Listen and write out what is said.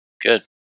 Good